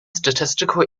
statistical